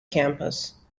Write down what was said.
campus